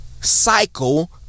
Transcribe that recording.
cycle